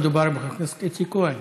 מדובר בחבר הכנסת איציק כהן,